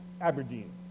Aberdeen